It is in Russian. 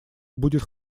будет